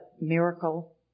miracle